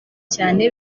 cyane